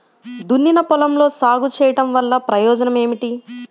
దున్నిన పొలంలో సాగు చేయడం వల్ల ప్రయోజనం ఏమిటి?